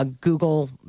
Google